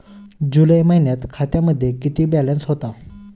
जुलै महिन्यात खात्यामध्ये किती बॅलन्स होता?